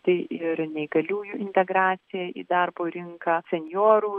tai ir neįgaliųjų integracija į darbo rinką senjorų